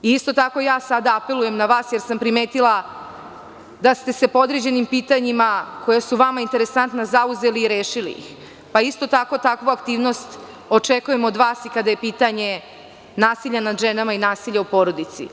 Isto tako i ja sada apelujem na vas, jer sam primetila da ste se po određenim pitanjima koja su vama interesantna zauzeli i rešili ih, pa istu takvu aktivnost očekujem od vas i kada je u pitanju nasilje nad ženama i nasilje u porodici.